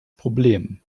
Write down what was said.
problem